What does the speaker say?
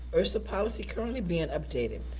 ersea policy currently being updated.